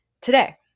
today